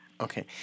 Okay